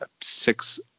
six